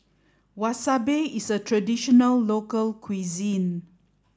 Wasabi is a traditional local cuisine